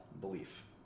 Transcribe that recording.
belief